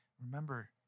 remember